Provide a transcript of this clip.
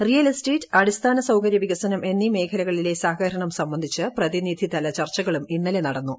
real estate അടിസ്ഥാന സൌകര്യ വികസനം എന്നീ മേഖലകളിലെ സഹകരണം സംബന്ധിച്ച് പ്രിതിനിധിതല ചർച്ചകളും ഇന്നലെ നടന്നു